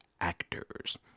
actors